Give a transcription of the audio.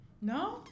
No